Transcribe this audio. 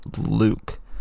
Luke